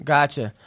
Gotcha